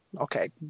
Okay